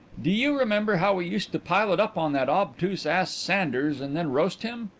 do you remember how we used to pile it up on that obtuse ass sanders and then roast him?